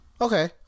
Okay